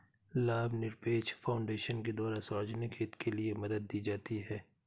लाभनिरपेक्ष फाउन्डेशन के द्वारा सार्वजनिक हित के लिये मदद दी जाती है